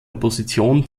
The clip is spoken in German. opposition